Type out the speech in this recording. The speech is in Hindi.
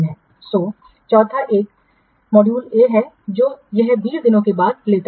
So चौथा एक निर्दिष्ट मॉड्यूल ए है जो यह 20 दिनों के बाद लेता है